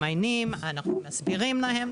אנחנו ממיינים, אנחנו מסבירים להם.